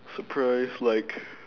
surprise like